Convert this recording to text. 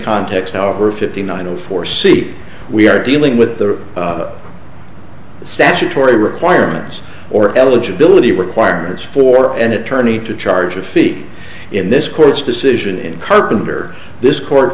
context however fifty nine zero four see we are dealing with the statutory requirements or eligibility requirements for an attorney to charge a fee in this court's decision in carpenter this court